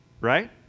right